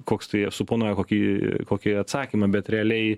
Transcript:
koks tai jie suponuoja kokį kokį atsakymą bet realiai